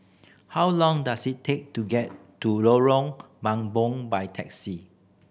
how long does it take to get to Lorong Mambong by taxi